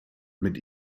mit